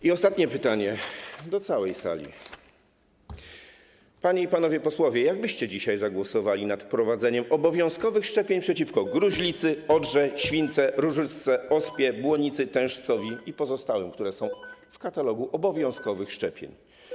I ostatnie pytanie - do całej sali - panie i panowie posłowie, jak byście dzisiaj zagłosowali nad wprowadzeniem obowiązkowych szczepień przeciwko gruźlicy, odrze, śwince, różyczce, ospie, błonicy, tężcowi i pozostałym, które są w katalogu obowiązkowych szczepień?